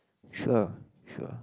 sure sure